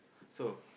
so